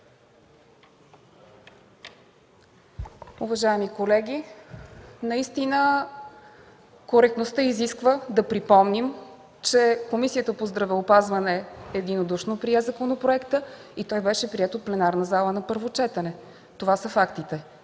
Уважаеми колеги, коректността изисква да припомним, че Комисията по здравеопазването единодушно прие законопроекта и той беше приет от пленарната зала на първо четене. Това са фактите.